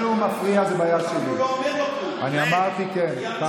אני עצרתי לך את השעון.